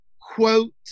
quote